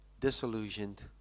disillusioned